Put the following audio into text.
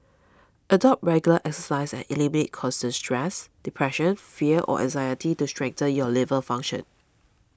adopt regular exercise and eliminate constant stress depression fear or anxiety to strengthen your liver function